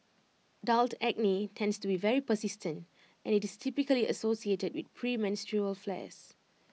adult acne tends to be very persistent and IT is typically associated with premenstrual flares